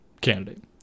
candidate